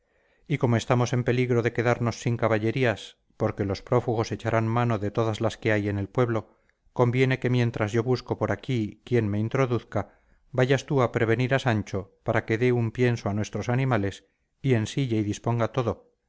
y como estamos en peligro de quedarnos sin caballerías porque los prófugos echarán mano de todas las que hay en el pueblo conviene que mientras yo busco por aquí quien me introduzca vayas tú a prevenir a sancho para que dé un pienso a nuestros animales y ensille y disponga todo